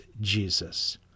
Jesus